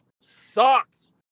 sucks